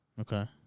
Okay